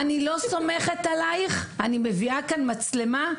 אני לא סומכת עליך, אני מביאה כאן מצלמה.